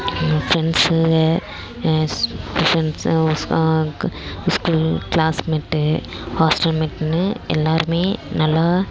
எங்கள் ஃப்ரெண்ட்ஸுகள் ஸ் டூஷன் சா ஓ ஸ் க்கு ஸ்கூல் க்ளாஸ்மெட்டு ஹாஸ்டல்மெட்ன்னு எல்லாேருமே நல்லா